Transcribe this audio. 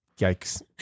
yikes